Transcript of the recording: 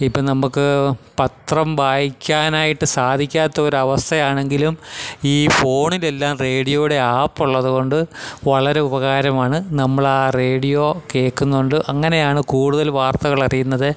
ഇപ്പം നമുക്ക് പത്രം വായിക്കാനായിട്ട് സാധിക്കാത്ത ഒരവസ്ഥ ആണെങ്കിലും ഈ ഫോണിലെല്ലാം റേഡിയോയുടെ ആപ്പുള്ളതുകൊണ്ട് വളരെ ഉപകാരമാണ് നമ്മൾ ആ റേഡിയോ കേൾക്കുന്നതുകൊണ്ട് അങ്ങനെയാണ് കൂടുതൽ വാർത്തകളറിയുന്നത്